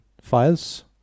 files